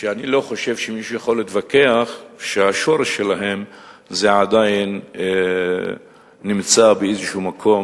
ואני לא חושב שמישהו יכול להתווכח שהשורש שלהן עדיין נמצא באיזה מקום